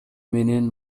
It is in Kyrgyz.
менен